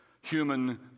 human